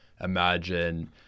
imagine